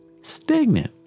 stagnant